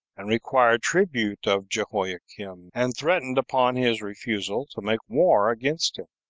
and required tribute of jehoiakim, and threatened upon his refusal to make war against him.